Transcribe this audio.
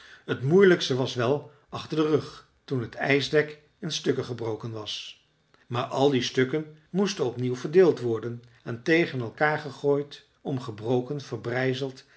het moeilijkste was wel achter den rug toen het ijsdek in stukken gebroken was maar al die stukken moesten op nieuw verdeeld worden en tegen elkaar gegooid om gebroken